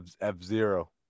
F-Zero